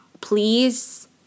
please